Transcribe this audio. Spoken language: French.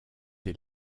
des